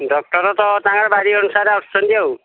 doctor ତ ତାଙ୍କର ବାରି ଅନୁସାରେ ଆସୁଛନ୍ତି ଆଉ